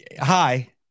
Hi